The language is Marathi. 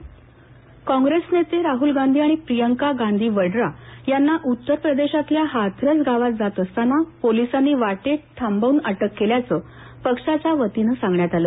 राहल गांधीप्रियंका गांधी अटक काँग्रसे नेते राहूल गांधी आणि प्रियंका गांधी वद्रा यांना उत्तर प्रदेशातल्या हाथरस गावात जात असताना पोलिसांनी वाटेत थांबवून अटक केल्याचं पक्षाच्या वतीनं सांगण्यात आलं